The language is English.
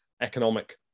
economic